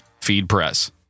FeedPress